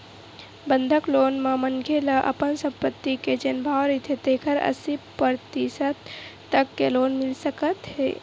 बंधक लोन म मनखे ल अपन संपत्ति के जेन भाव रहिथे तेखर अस्सी परतिसत तक के लोन मिल सकत हे